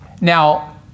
Now